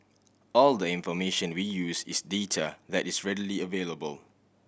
all the information we use is data that is readily available